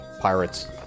Pirates